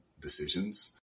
decisions